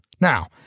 Now